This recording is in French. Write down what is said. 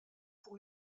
pour